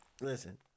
listen